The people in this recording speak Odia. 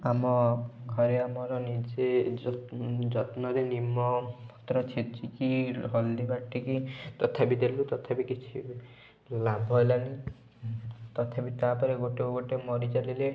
ଆମ ଘରେ ଆମର ନିଜେ ଯତ୍ନରେ ନିମପତ୍ର ଛେଚିକି ହଳଦୀ ବାଟିକି ତଥାପି ଦେଲୁ ତଥାପି କିଛି ଲାଭ ହେଲାନି ତଥାପି ତା'ପରେ ଗୋଟେ ଗୋଟେ ମରିଚାଲିଲେ